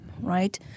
right